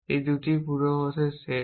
এই দুটিই পূর্বাভাসের সেট